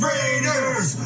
Raiders